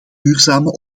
duurzame